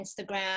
Instagram